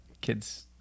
kids